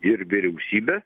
ir vyriausybė